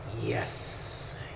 Yes